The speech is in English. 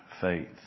faith